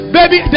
baby